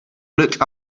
looked